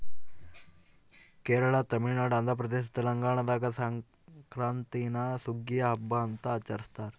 ಕೇರಳ ತಮಿಳುನಾಡು ಆಂಧ್ರಪ್ರದೇಶ ತೆಲಂಗಾಣದಾಗ ಸಂಕ್ರಾಂತೀನ ಸುಗ್ಗಿಯ ಹಬ್ಬ ಅಂತ ಆಚರಿಸ್ತಾರ